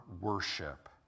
worship